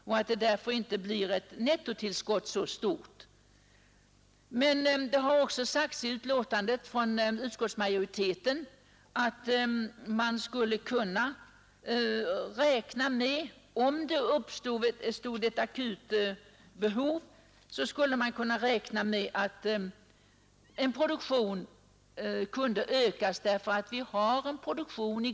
Det blir därför inte ett så stort nettotillskott. Men utskottet säger vidare att om det uppstår ett akut behov, så kan den produktion som nu är i gång ökas ytterligare.